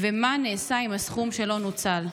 4. מה נעשה עם הסכום שלא נוצל?